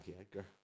Edgar